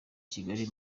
kigali